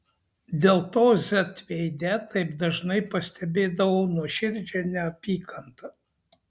dėl to z veide taip dažnai pastebėdavau nuoširdžią neapykantą